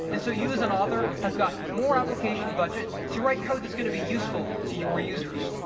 and so you as an author have got more application budget to write code that's going to be useful to your users.